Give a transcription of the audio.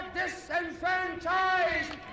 disenfranchised